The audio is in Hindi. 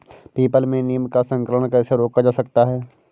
पीपल में नीम का संकरण कैसे रोका जा सकता है?